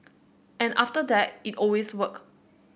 and after that it always worked